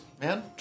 man